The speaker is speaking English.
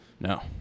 No